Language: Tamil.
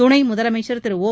துணை முதலமைச்சர் திரு ஓ